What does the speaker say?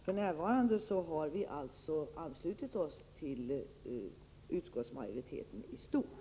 För närvarande har vi alltså anslutit oss till utskottsmajoriteten i stort.